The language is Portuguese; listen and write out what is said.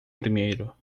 primeiro